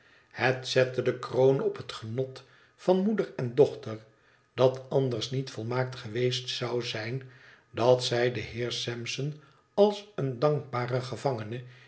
het zette de kroon op het genot van moeder en dochter dat anders niet volmaakt geweest zou zijn dat zij den heer sampson als een dankbaren gevangene